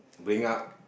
bring up